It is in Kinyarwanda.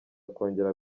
kongera